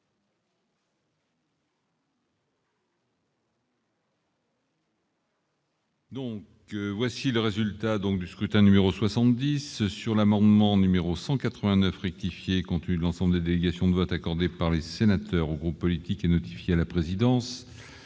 Donc, voici le résultat donc du scrutin numéro 70 sur l'amendement numéro 189 rectifier l'ensemble des délégations de vote accordé par les sénateurs auront politique et modifié à la présidence.